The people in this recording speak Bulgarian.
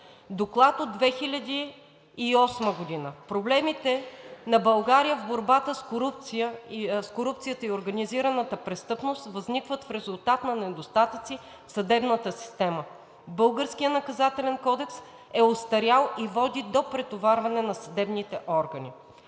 Доклад от 2008 г. – „Проблемите на България в борбата с корупцията и организираната престъпност възникват в резултат на недостатъци в съдебната система. Българският Наказателен кодекс е остарял и води до претоварване на съдебните органи.